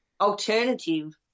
alternative